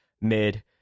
mid